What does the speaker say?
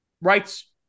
rights